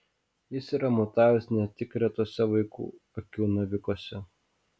jis yra mutavęs ne tik retuose vaikų akių navikuose